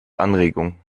anregung